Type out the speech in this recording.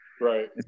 right